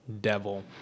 Devil